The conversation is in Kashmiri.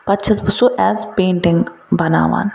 پَتہٕ چھَس بہٕ سُہ ایز پینٛٹِنٛگ بناوان